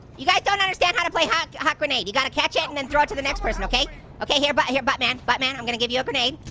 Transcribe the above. you guys don't understand how to play hot hot grenade. you gotta catch it and and throw it to the next person. okay okay here but here buttman, buttman, i'm gonna give you a grenade.